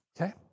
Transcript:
okay